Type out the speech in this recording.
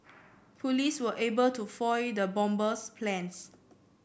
police were able to foil the bomber's plans